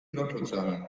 lottozahlen